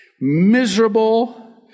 miserable